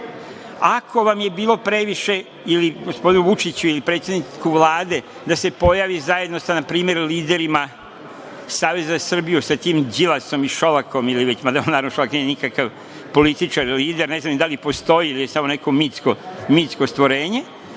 Ako vam je bilo previše ili gospodinu Vučiću ili predsednicu Vlade da se pojavi zajedno npr. sa liderima Saveza za Srbiju, npr. sa tim Đilasom ili Šolakom, mada Šolak nije nikakav političar ili lider, ne znam ni da li postoji ili je samo neko mitsko stvorenje,